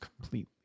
completely